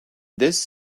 this